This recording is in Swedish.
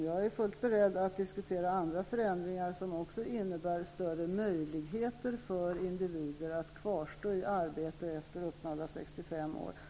Jag är fullt beredd att diskutera andra förändringar som också innebär större möjligheter för individer att kvarstå i arbete efter uppnådda 65 år.